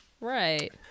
Right